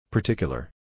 Particular